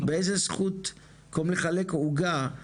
באיזה זכות, במקום לחלק עוגה.